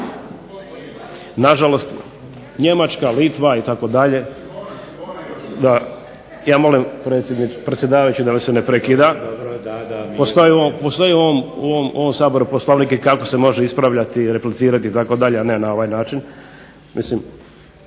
na žalost Njemačka, Litva itd. Ja molim predsjedavajući da me se ne prekida. Postoji u ovom Saboru Poslovnik i kako se može ispravljati i replicirati itd., a ne na ovaj način.